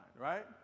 right